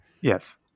Yes